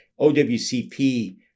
OWCP